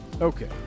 Okay